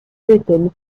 written